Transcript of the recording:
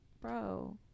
bro